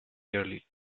nearly